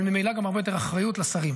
אבל ממילא גם הרבה יותר אחריות לשרים.